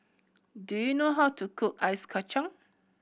do you know how to cook Ice Kachang